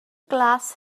glas